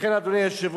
לכן, אדוני היושב-ראש,